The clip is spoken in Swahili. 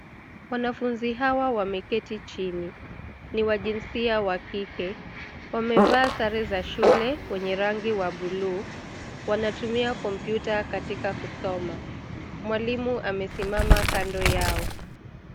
Wanafunzi hawa wameketi chini. Ni wa jinsia wa kike. Wamevaa sare za shule wenye rangi wa buluu. Wanatumia kompyuta katika kusoma. Mwalimu amesimama kando yao.